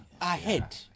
ahead